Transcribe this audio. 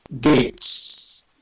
gates